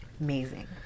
Amazing